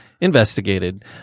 investigated